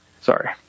Sorry